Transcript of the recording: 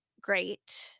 great